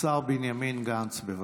השר בנימין גנץ, בבקשה.